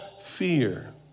fear